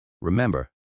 Remember